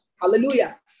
Hallelujah